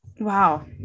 Wow